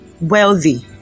wealthy